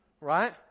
right